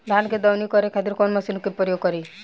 धान के दवनी करे खातिर कवन मशीन के प्रयोग करी?